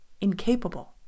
incapable